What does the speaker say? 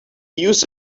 use